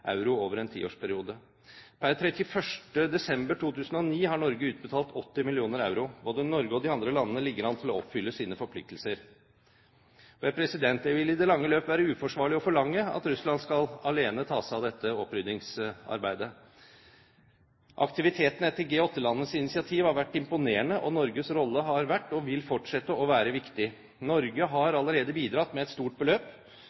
euro over en tiårsperiode. Per 31. desember 2009 har Norge utbetalt 80 mill. euro. Både Norge og de andre landene ligger an til å oppfylle sine forpliktelser. Det vil i det lange løp være uforsvarlig å forlange at Russland alene skal ta seg av dette oppryddingsarbeidet. Aktiviteten etter G8-landenes initiativ har vært imponerende, og Norges rolle har vært – og vil fortsette å være – viktig. Norge har allerede bidratt med et stort beløp,